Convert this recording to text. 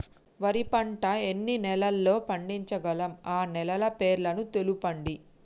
వరి పంట ఎన్ని నెలల్లో పండించగలం ఆ నెలల పేర్లను తెలుపండి?